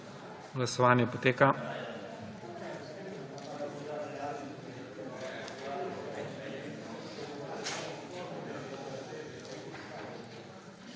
Glasovanje poteka.